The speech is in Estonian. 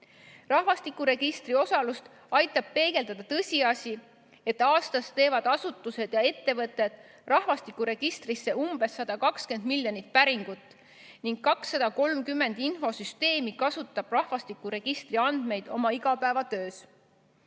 Rahvastikuregistri osalust aitab peegeldada tõsiasi, et aastas teevad asutused ja ettevõtted rahvastikuregistrisse umbes 120 miljonit päringut ning 230 infosüsteemi kasutab rahvastikuregistri andmeid oma igapäevatöös.